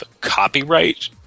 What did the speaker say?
copyright